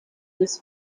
this